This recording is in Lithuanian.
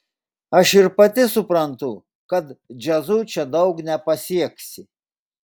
aš ir pati suprantu kad džiazu čia daug nepasieksi